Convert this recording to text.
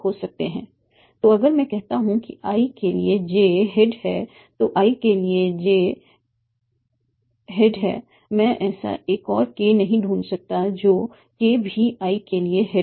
तो अगर मैं कहता हूं कि i के लिए j हेड है तो i के लिए j हेड है मैं ऐसा एक और k नहीं ढूँढ सकता जो k भी i के लिए हेड हो